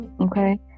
okay